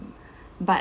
but